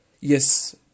Yes